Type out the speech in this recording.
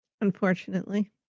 Unfortunately